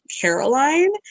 Caroline